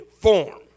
form